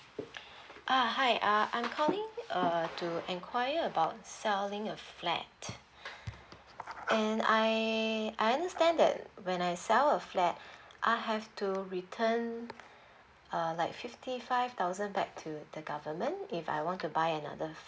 ah hi uh I'm calling uh to inquire about selling a flat and I I understand that when I sell a flat I have to return uh like fifty five thousand back to the government if I want to buy another